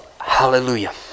hallelujah